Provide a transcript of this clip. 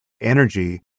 Energy